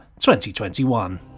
2021